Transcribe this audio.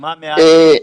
ומה מעל 300,000?